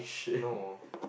no